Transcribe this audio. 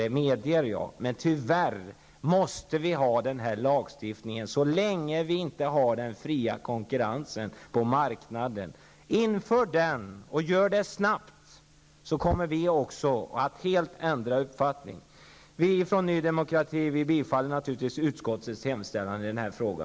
Jag medger att denna lagstiftning är det. Men vi måste tyvärr ha den så länge vi inte har den fria konkurrensen på marknaden. Inför fri konkurrens, och gör det snabbt, så kommer vi också att helt ändra uppfattning! Vi i Ny Demokrati yrkar naturligtvis bifall till utskottets hemställan i denna fråga.